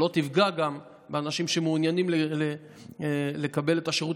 שלא תפגע באנשים שמעוניינים לקבל את השירות